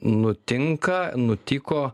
nutinka nutiko